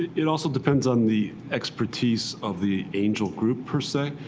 it also depends on the expertise of the angel group, per se.